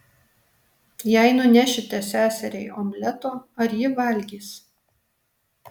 jei nunešite seseriai omleto ar ji valgys